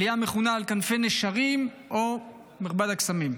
עלייה המכונה "על כנפי נשרים" או "מרבד הקסמים".